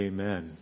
Amen